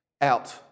out